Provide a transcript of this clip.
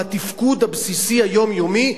לתפקוד הבסיסי היומיומי,